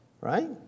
Right